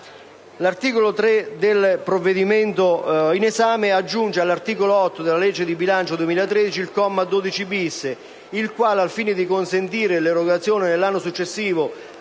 L'articolo 3 del provvedimento in esame aggiunge all'articolo 8 della legge di bilancio 2013 il comma 12-*bis* il quale, al fine di consentire l'erogazione nell'anno successivo